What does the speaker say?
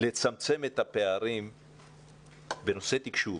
לצמצם את הפערים בנושא תקשוב,